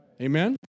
Amen